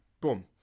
boom